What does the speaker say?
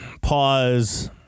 pause